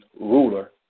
ruler